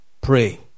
pray